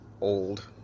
old